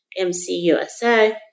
MCUSA